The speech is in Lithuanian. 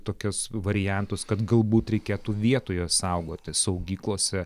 tokius variantus kad galbūt reikėtų vietoje saugoti saugyklose